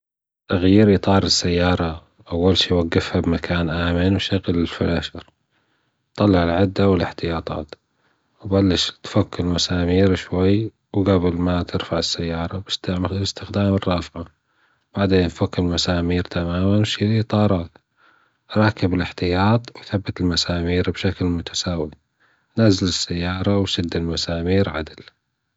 تغيير إطار السيارة أول شي وجفها بمكان آمن بشكل طلع العدة والأحتياطات وبلش تفك الماسمير شوي جبل ما ترفع السيارة و بعدين أستخدم الرافعة وبعدين فك المسامير تماما وشيل الإطارات وركب الاحتياط وركب المسامير بشكل متساوي نزل السيارة وشد المسامير عدل.